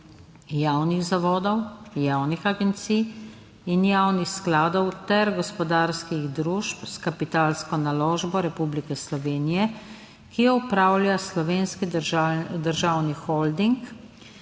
javnih zavodov, javnih agencij in javnih skladov ter gospodarskih družb s kapitalsko naložbo Republike Slovenije, ki jo upravlja Slovenski državni holding,